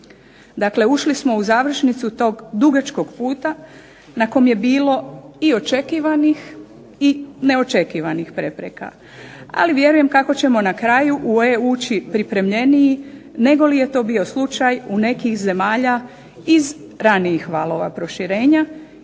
Dakle, ušli smo u završnicu tog dugačkog puta na kom je bilo i očekivanih i neočekivanih prepreka, ali vjerujem kako ćemo na kraju u EU ući pripremljeniji nego li je to bio slučaj u nekih zemalja iz ranijih valova proširenja